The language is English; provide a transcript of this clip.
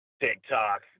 TikTok